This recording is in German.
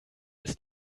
ist